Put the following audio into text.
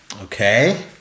Okay